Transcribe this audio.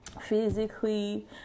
physically